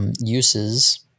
Uses